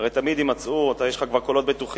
הרי תמיד יימצאו, אתה יש לך כבר קולות בטוחים,